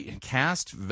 cast